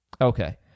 Okay